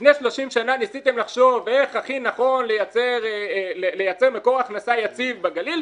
לפני 30 שנה ניסיתם לחשוב איך הכי נכון לייצר מקור הכנסה בגליל,